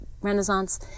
Renaissance